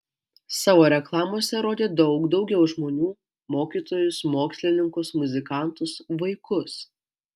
savo reklamose rodė daug daugiau žmonių mokytojus mokslininkus muzikantus vaikus